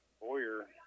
Boyer